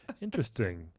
Interesting